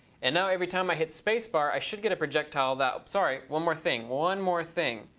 and now every time i hit spacebar, i should get a projectile that sorry, one more thing, one more thing.